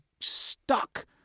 stuck